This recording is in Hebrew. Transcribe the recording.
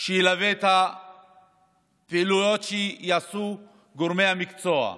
שילווה את הפעילויות שיעשו גורמי המקצוע.